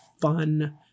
fun